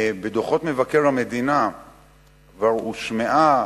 בדוחות מבקר המדינה כבר הושמעה